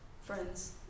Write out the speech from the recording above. friends